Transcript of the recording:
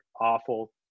awful